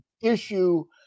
issue